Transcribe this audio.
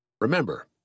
Remember